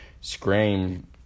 scream